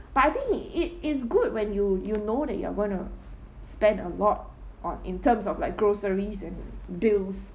but I think it is good when you you know that you are gonna spend a lot on in terms of like groceries and bills